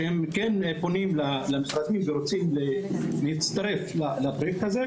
שהם כן פונים למשרדים ורוצים להצטרף לפרויקט הזה.